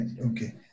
Okay